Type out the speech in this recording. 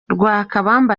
lwakabamba